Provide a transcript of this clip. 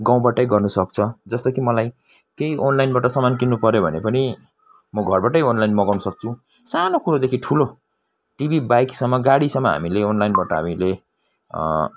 गाउँबाटै गर्न सक्छ जस्तो कि मलाई केही अनलाइनबाट सामान किन्नु पऱ्यो भने पनि म घरबाटै अनलाइन मगाउन सक्छु सानो कुरोदेखि ठुलो टिभी बाइकसम्म गाडीसम्म हामीले अनलाइनबाट हामीले